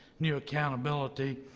new accountability.